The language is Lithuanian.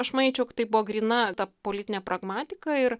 aš manyčiau kad tai buvo gryna ta politinė pragmatika ir